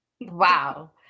Wow